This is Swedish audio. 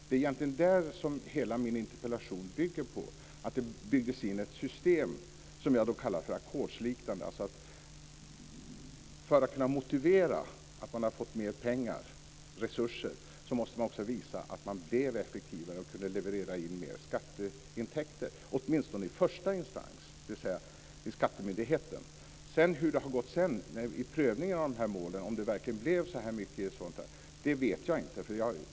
Det är egentligen det som hela min interpellation bygger på, att det byggdes in ett system som jag kallar för ackordsliknande. Alltså för att kunna motivera att man har fått mer pengar, mer resurser, måste man också visa att man blev effektivare och kunde leverera in mer skatteintäkter, åtminstone i första instans, dvs. vid skattemyndigheten. Hur det sedan har gått i prövningen av de här målen, om det verkligen blev så mycket effektivare, vet jag inte.